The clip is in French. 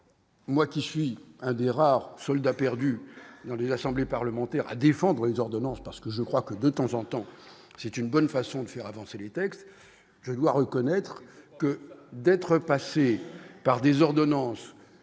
moi qui suis un des rares soldats perdus dans les assemblées parlementaires à défendre les ordonnances parce que je crois que, de temps en temps, c'est une bonne façon de faire avancer les textes, je dois reconnaître que d'être passée par des ordonnances